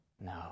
No